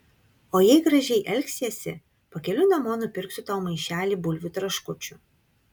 o jei gražiai elgsiesi pakeliui namo nupirksiu tau maišelį bulvių traškučių